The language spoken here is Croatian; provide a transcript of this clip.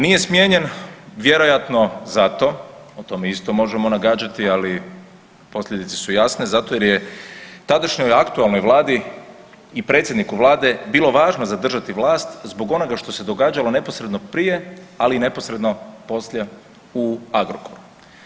Nije smijenjen vjerojatno zato, o tome isto možemo nagađati, ali posljedice su jasne, zato jer je tadašnjoj aktualnoj Vladi i predsjedniku Vladu bilo važno zadržati vlast zbog onoga što se događalo neposredno prije ali i neposredno poslije u Agrokoru.